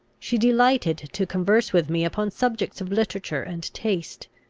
she delighted to converse with me upon subjects of literature and taste,